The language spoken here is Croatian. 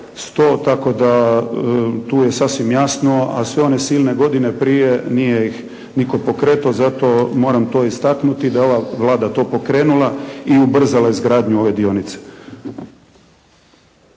tako da tu je sasvim jasno, a sve one silne godine prije nije ih nitko pokretao. Zato moram to istaknuti, da je ova Vlada to pokrenula i ubrzala izgradnju ove dionice.